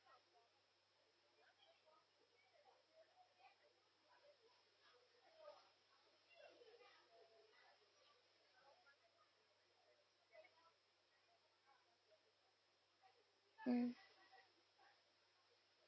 mm